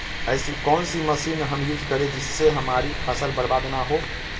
ऐसी कौन सी मशीन हम यूज करें जिससे हमारी फसल बर्बाद ना हो?